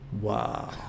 wow